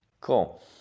Cool